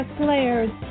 players